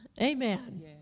Amen